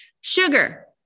Sugar